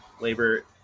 labor